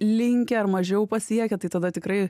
linkę ar mažiau pasiekę tai tada tikrai